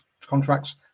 contracts